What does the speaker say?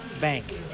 bank